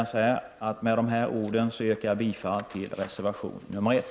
Med dessa ord yrkar jag bifall till reservation 1.